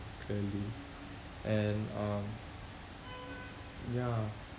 clearly and um ya